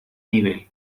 nivel